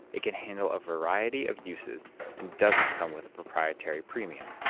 it can handle a variety of uses and doesn't come with a proprietary premium.